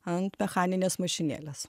ant mechaninės mašinėlės